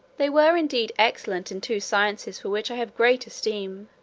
they were indeed excellent in two sciences for which i have great esteem,